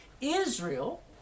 Israel